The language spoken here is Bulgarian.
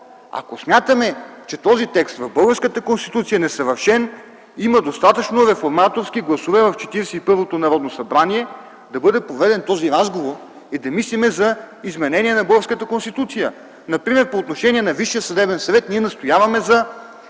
ако смятаме, че този текст в българската Конституция е несъвършен, има достатъчно реформаторски гласове в 41-то Народно събрание да бъде проведен този разговор и да мислим за изменение на българската Конституция. Например по отношение на Висшия съдебен съвет ние настояваме за